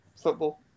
football